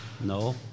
no